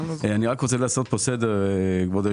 אני רוצה לעשות פה סדר, כבוד היושב-ראש.